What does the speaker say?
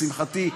לשמחתי,